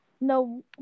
No